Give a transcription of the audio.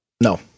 No